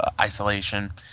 isolation